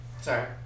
Sorry